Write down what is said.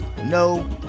No